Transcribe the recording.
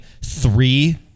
three